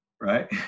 right